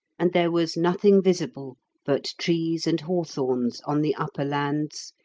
and there was nothing visible but trees and hawthorns on the upper lands,